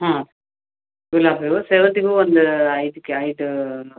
ಹಾಂ ಗುಲಾಬಿ ಹೂ ಸೇವಂತಿಗೆ ಹೂ ಒಂದು ಐದು ಕೆ ಐದು